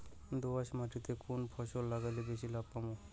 দোয়াস মাটিতে কুন ফসল লাগাইলে বেশি লাভ পামু?